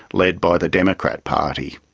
led by the democrat party.